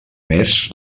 més